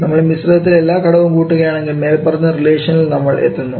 നമ്മൾ മിശ്രിതത്തിലെ എല്ലാ ഘടകവും കൂട്ടുകയാണെങ്കിൽ മേൽപ്പറഞ്ഞ റിലേഷനിൽ നമ്മൾ എത്തുന്നു